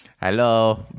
Hello